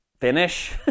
finish